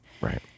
right